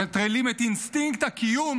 מנטרלים את אינסטינקט הקיום